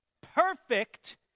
perfect